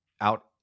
out